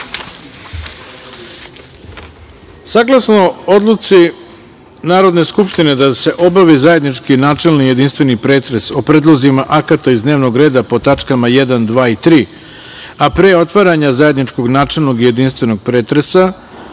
Srbije. Saglasno odluci Narodne skupštine da se obavi zajednički, načelni, jedinstveni pretres, o predlozima akata iz dnevnog reda po tačkama jedan, dva i tri, a pre otvaranja zajedničkog, načelnog i jedinstvenog pretresa,